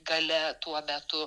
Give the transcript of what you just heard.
galia tuo metu